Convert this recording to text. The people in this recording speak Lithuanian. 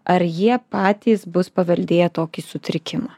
ar jie patys bus paveldėję tokį sutrikimą